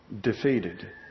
defeated